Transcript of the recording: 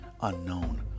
unknown